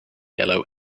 yellow